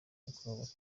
bakavuga